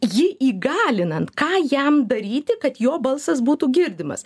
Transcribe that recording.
jį įgalinant ką jam daryti kad jo balsas būtų girdimas